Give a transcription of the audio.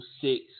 six